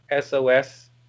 SOS